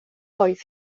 oedd